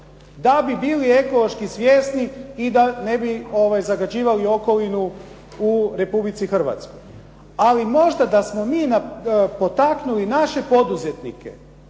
da bi bili ekološki svjesni i da ne bi zagađivali okolinu u Republici Hrvatskoj. Ali možda da smo mi potaknuli naše poduzetnike